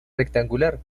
rectangular